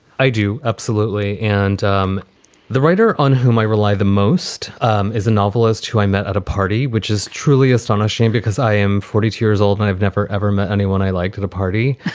i do. absolutely. and um the writer on whom i rely the most um is a novelist who i met at a party, which is truly astonishing because i am forty two years old and i have never, ever met anyone i liked at a party.